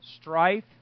strife